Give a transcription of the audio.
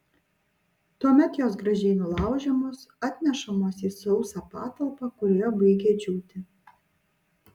tuomet jos gražiai nulaužiamos atnešamos į sausą patalpą kurioje baigia džiūti